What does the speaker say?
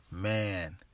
man